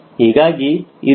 ಹೀಗಾಗಿ ಇದರ ಮೌಲ್ಯವು 0